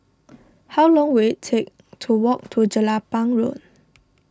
how long will it take to walk to Jelapang Road